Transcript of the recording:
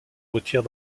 retire